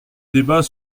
débat